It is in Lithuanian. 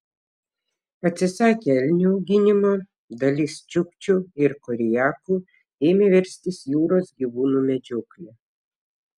atsisakę elnių auginimo dalis čiukčių ir koriakų ėmė verstis jūros gyvūnų medžiokle